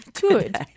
Good